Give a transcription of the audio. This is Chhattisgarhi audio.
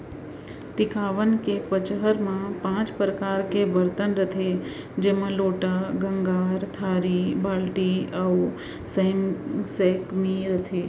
टिकावन के पंचहड़ म पॉंच परकार के बरतन रथे जेमा लोटा, गंगार, थारी, बाल्टी अउ सैकमी रथे